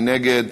מי נגד?